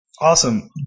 Awesome